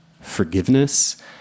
forgiveness